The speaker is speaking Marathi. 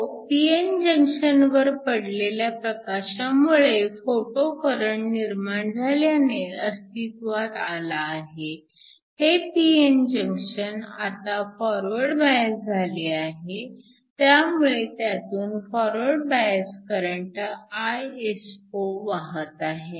तो Pn जंक्शनवर पडलेल्या प्रकाशामुळे फोटो करंट निर्माण झाल्याने अस्तित्वात आला आहे हे pn जंक्शन आता फॉरवर्ड बायस झाले आहे त्यामुळे त्यातून फॉरवर्ड बायस करंट Iso वाहत आहे